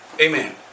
Amen